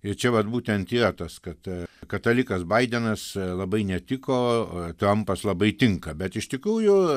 ir čia vat būtent yra tas kad katalikas baidenas labai netiko trampas labai tinka bet iš tikrųjų